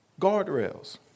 guardrails